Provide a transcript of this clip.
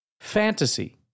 Fantasy